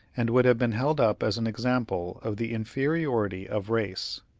and would have been held up as an example of the inferiority of race.